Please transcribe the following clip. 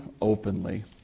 openly